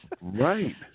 Right